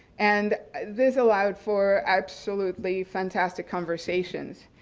and this allowed for absolutely fantastic conversations,